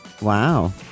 Wow